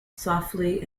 softly